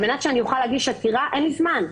על מנת שאני אוכל להגיש עתירה אין לי זמן.